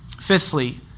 Fifthly